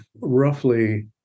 roughly